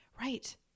Right